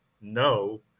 no